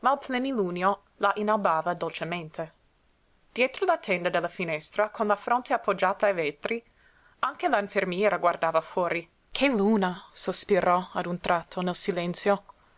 plenilunio la inalbava dolcemente dietro la tenda della finestra con la fronte appoggiata ai vetri anche la infermiera guardava fuori che luna sospirò a un tratto nel silenzio